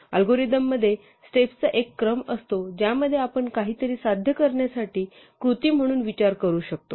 algorithm मध्ये स्टेप्सचा एक क्रम असतो ज्यामध्ये आपण काहीतरी साध्य करण्यासाठी कृती म्हणून विचार करू शकतो